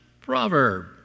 proverb